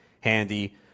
handy